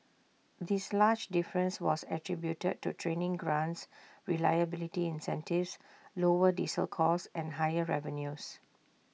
this large difference was attributed to training grants reliability incentives lower diesel costs and higher revenues